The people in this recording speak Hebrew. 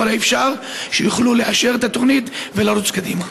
האפשר כדי שיוכלו לאשר את התוכנית ולרוץ קדימה.